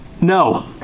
No